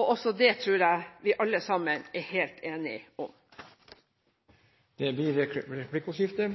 Også det tror jeg vi alle sammen er helt enige om. Det blir replikkordskifte.